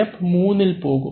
ഇനി തിരിച്ചു പോകാം